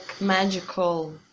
magical